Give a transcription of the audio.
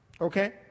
Okay